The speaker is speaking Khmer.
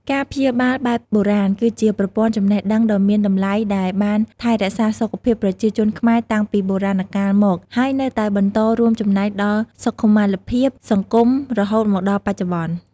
ការព្យាបាលបែបបុរាណ គឺជាប្រព័ន្ធចំណេះដឹងដ៏មានតម្លៃដែលបានថែរក្សាសុខភាពប្រជាជនខ្មែរតាំងពីបុរាណកាលមក ហើយនៅតែបន្តរួមចំណែកដល់សុខុមាលភាពសង្គមរហូតមកដល់បច្ចុប្បន្ន។